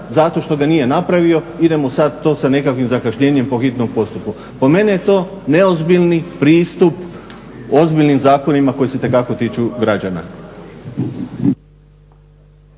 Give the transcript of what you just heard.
zato što ga nije napravio idemo sad to sa nekakvim zakašnjenjem po hitnom postupku. Po meni je to neozbiljni pristup ozbiljnim zakonima koji se itekako tiču građana.